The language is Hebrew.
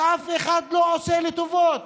ואף אחד לא עושה לי טובות.